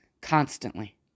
constantly